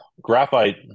graphite